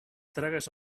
tragues